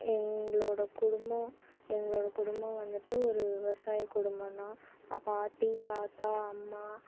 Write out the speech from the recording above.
எங்களோட குடும்பம் எங்களோட குடும்பம் வந்துட்டு ஒரு விவசாய குடும்பம் தான் பாட்டி தாத்தா அம்மா